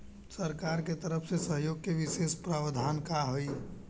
सरकार के तरफ से सहयोग के विशेष प्रावधान का हई?